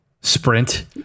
sprint